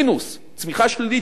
צמיחה שלילית,